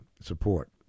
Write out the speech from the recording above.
support